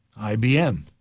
IBM